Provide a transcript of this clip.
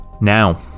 Now